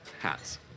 Hats